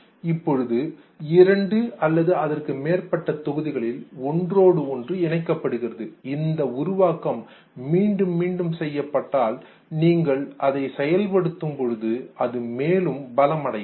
இப்பொழுது இரண்டு அல்லது அதற்கு மேற்பட்ட தொகுதிகளில் ஒன்றோடு ஒன்று இணைக்கப்படுகிறது இந்த உருவாக்கம் மீண்டும் மீண்டும் செய்யப்பட்டால் நீங்கள் அதை செயல்படுத்தும் பொழுது அது மேலும் பலம் அடைகிறது